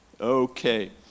Okay